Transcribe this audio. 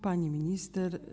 Pani Minister!